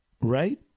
right